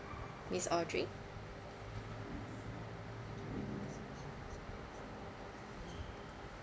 miss audrey